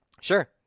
Sure